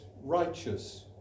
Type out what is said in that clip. righteous